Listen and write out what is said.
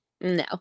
No